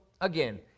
again